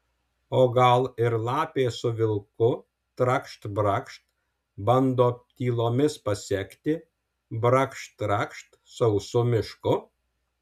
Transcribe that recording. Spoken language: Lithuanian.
o gal ir lapė su vilku trakšt brakšt bando tylomis pasekti brakšt trakšt sausu mišku